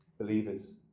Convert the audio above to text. Believers